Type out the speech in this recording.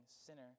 sinner